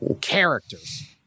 characters